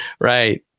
Right